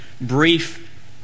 brief